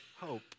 Hope